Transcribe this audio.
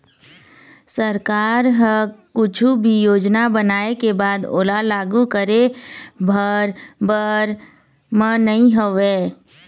सरकार ह कुछु भी योजना बनाय के बाद ओला लागू करे भर बर म नइ होवय